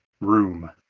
room